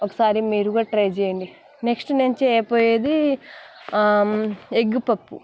ఒకసారి మీరు కూడా ట్రై చేయండి నెక్స్ట్ నేను చేయబోయేది ఎగ్ పఫ్